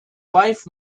life